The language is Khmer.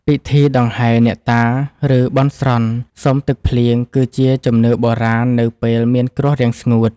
ពិធីដង្ហែអ្នកតា ឬបន់ស្រន់សុំទឹកភ្លៀង គឺជាជំនឿបុរាណនៅពេលមានគ្រោះរាំងស្ងួត។